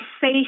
safe